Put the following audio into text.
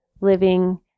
living